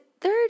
third